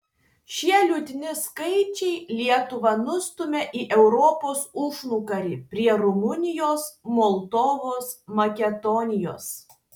šie liūdni skaičiai lietuvą nustumia į europos užnugarį prie rumunijos moldovos makedonijos